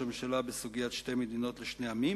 הממשלה בסוגיית שתי מדינות לשני עמים,